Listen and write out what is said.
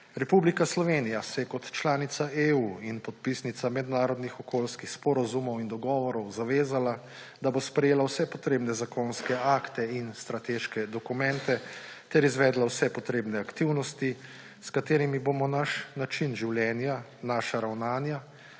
Republika Slovenija se je kot članica EU in podpisnica mednarodnih okoljskih sporazumov in dogovorov zavezala, da bo sprejela vse potrebne zakonske akte in strateške dokumente ter izvedla vse potrebne aktivnosti, s katerimi bomo naš način življenja, naša ravnanja